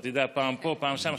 אתה יודע, פעם פה, פעם שם.